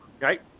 Right